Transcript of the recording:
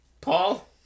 Paul